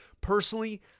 Personally